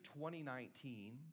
2019